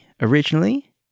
originally